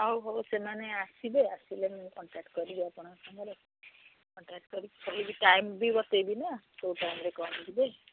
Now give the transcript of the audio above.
ହଉ ହଉ ସେମାନେ ଆସିବେ ଆସିଲେ ମୁଁ କଣ୍ଟାକ୍ଟ କରିବି ଆପଣଙ୍କ ସାଙ୍ଗରେ କଣ୍ଟାକ୍ଟ କରିକି କହିବି ଟାଇମ୍ ବି ବତେଇବି ନା କେଉଁ ଟାଇମ୍ରେ କ'ଣ କରିବେ